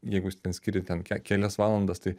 jeigu jūs ten skiriat ten ke kelias valandas tai